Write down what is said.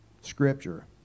scripture